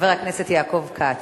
חבר הכנסת יעקב כץ.